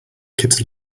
kids